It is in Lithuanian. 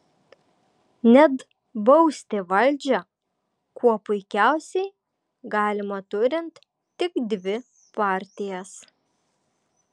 net bausti valdžią kuo puikiausiai galima turint tik dvi partijas